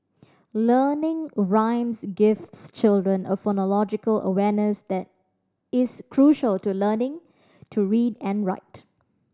learning rhymes gives children a phonological awareness that is crucial to learning to read and write